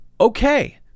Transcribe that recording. okay